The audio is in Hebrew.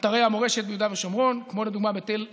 אתרי מורשת ביהודה ושומרון, כמו לדוגמה בתל ארומה,